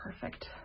perfect